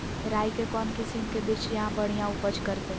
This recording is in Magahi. राई के कौन किसिम के बिज यहा बड़िया उपज करते?